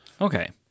Okay